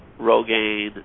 Rogaine